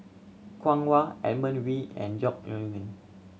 Kwong Wah Edmund Wee and Yong Nyuk Lin